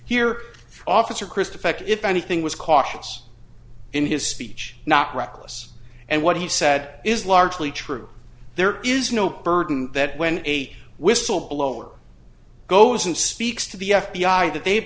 here officer christopher if anything was cautious in his speech not reckless and what he said is largely true there is no burden that when a whistleblower goes and speaks to the f b i that they